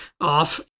off